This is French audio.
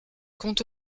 compte